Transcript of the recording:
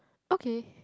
okay